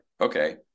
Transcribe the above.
okay